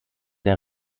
der